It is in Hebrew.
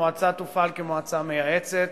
המועצה תופעל כמועצה מייעצת.